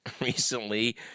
recently